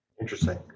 Interesting